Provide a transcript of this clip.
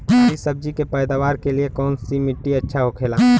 हरी सब्जी के पैदावार के लिए कौन सी मिट्टी अच्छा होखेला?